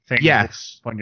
yes